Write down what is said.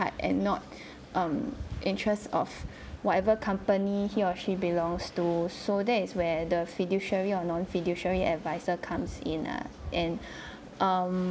heart and not um interest of whatever company he or she belongs to so that is where the fiduciary or non fiduciary adviser comes in a and um